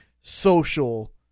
social